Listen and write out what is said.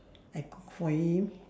I cook for him